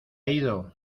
ido